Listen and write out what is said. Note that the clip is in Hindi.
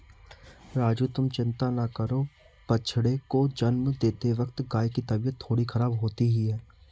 राजू तुम चिंता ना करो बछड़े को जन्म देते वक्त गाय की तबीयत थोड़ी खराब होती ही है